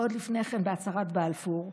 ועוד לפני כן בהצהרת בלפור,